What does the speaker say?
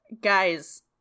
Guys